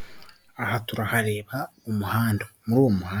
Ishusho yerekana uburyo ushobora gutumiza